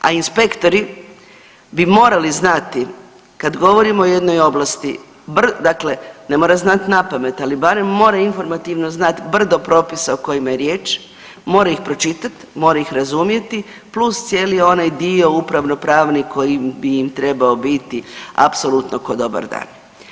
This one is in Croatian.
A inspektori bi morali znati kad govorimo o jednoj oblasti, dakle ne mora znati napamet, ali barem mora informativno znati brdo propisa o kojima je riječ, mora ih pročitati, mora ih razumjeti plus cijeli onaj dio upravno pravno koji bi im trebao biti apsolutno ko dobar dan.